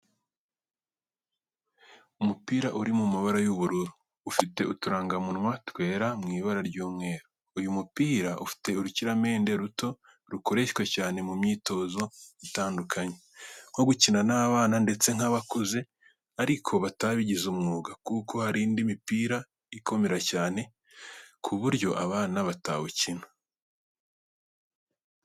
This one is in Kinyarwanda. Umupira uri mu ibara ry'ubururu. Ufite uturangamunwa twera mu ibara ry'umweru. Uyu mupira ufite urukiramende ruto, koreshwa cyane mu myitozo itandukanye, nko gukina n’abana ndetse nk'abakuze ariko batabigize umwuga kuko hari indi mipira ikomera cyane ku buryo abana batawukina.